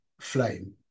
flame